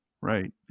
right